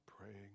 Praying